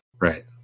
Right